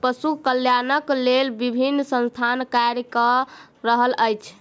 पशु कल्याणक लेल विभिन्न संस्थान कार्य क रहल अछि